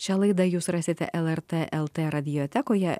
šią laidą jūs rasite lrt lt radiotekoje